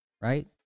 Right